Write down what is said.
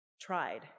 Tried